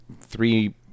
three